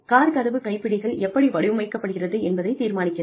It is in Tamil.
கார் கதவு கைப்பிடிகள் எப்படி வடிவமைக்கப்படுகிறது என்பதை தீர்மானிக்கிறது